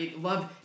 love